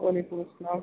وعلیکم السّلام